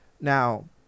Now